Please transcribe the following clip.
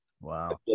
Wow